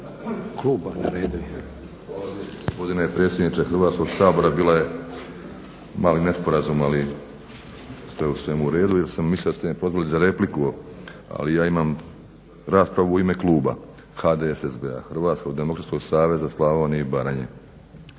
Hrvatskog demokratskog saveza Slavonije i baranje.